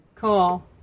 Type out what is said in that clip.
Cool